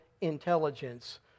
intelligence